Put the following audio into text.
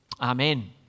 Amen